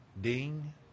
ding